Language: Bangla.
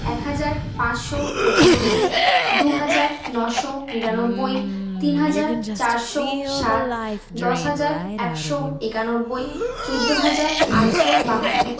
এক হাজার পাঁচশো পঁচানব্বই দু হাজার নশো নিরানব্বই তিন হাজার চারশো সাত দশ হাজার একশো একানব্বই চৌদ্দ হাজার আটশো বাহান্ন